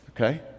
okay